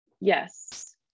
yes